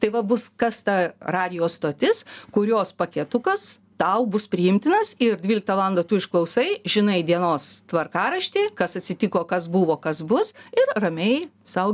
tai va bus kas ta radijo stotis kurios paketukas tau bus priimtinas ir dvyliktą valandą tu išklausai žinai dienos tvarkaraštį kas atsitiko kas buvo kas bus ir ramiai sau